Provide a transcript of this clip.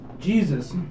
Jesus